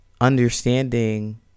understanding